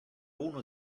uno